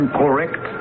correct